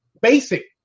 Basic